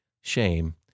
shame